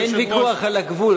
אין ויכוח על הגבול,